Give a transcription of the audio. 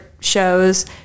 shows